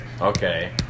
Okay